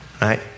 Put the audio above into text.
right